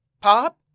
Pop